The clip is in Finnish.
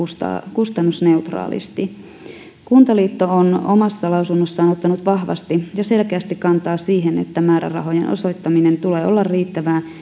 kustannusneutraalisti kuntaliitto on omassa lausunnossaan ottanut vahvasti ja selkeästi kantaa siihen että määrärahojen osoittamisen tulee olla riittävää